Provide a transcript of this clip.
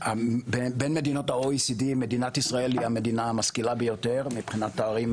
שבין מדינות ה-OECD מדינת ישראל היא המדינה המשכילה ביותר מבחינת תארים,